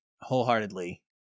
wholeheartedly